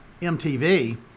MTV